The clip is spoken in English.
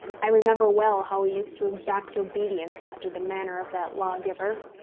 i remember well how he used to exact obedience after the manner of that lawgiver.